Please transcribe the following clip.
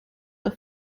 were